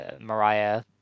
Mariah